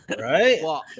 Right